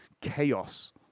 chaos